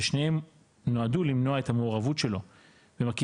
ששניהם נועדו למנוע את המעורבות שלו ומרכיבים